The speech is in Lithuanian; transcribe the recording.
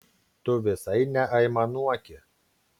tu visai neaimanuoki